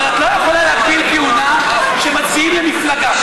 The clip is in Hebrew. על אחת כמה וכמה כשהוא עצמו מכיר בנחיצות המגבלה הזאת.